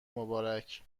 مبارک